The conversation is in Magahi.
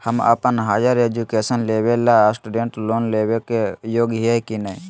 हम अप्पन हायर एजुकेशन लेबे ला स्टूडेंट लोन लेबे के योग्य हियै की नय?